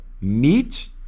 meat